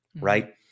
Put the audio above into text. right